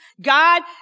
God